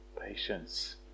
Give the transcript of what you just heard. patience